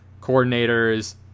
coordinators